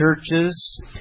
churches